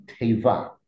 Teva